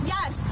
Yes